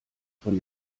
von